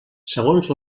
segons